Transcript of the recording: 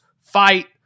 fight